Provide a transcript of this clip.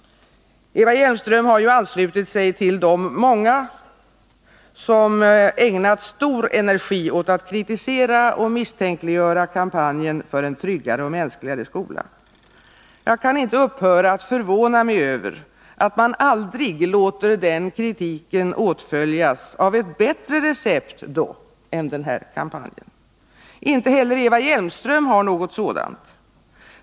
Eva Hjelmström har anslutit sig till de många som ägnat stor energi åt att kritisera och misstänkliggöra kampanjen för en tryggare och mänskligare skola. Jag kan inte upphöra att förvåna mig över att man aldrig låter den kritiken åtföljas av ett bättre recept än den här kampanjen. Inte heller Eva Hjelmström har något sådant.